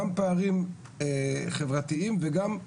גם פערים חברתיים, וגם,